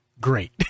great